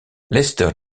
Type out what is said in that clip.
lester